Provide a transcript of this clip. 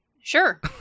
Sure